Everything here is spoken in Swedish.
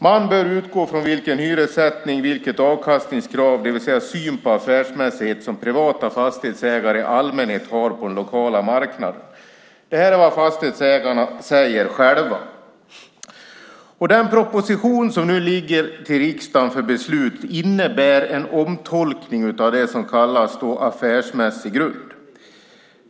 Man bör utgå från den hyressättning och de avkastningskrav, det vill säga den syn på affärsmässighet som privata fastighetsägare i allmänhet har på den lokala marknaden. Det här är vad Fastighetsägarna själva säger. Den proposition som nu ligger hos riksdagen för beslut innebär en omtolkning av det som kallas "affärsmässig grund".